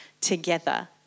together